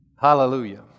Hallelujah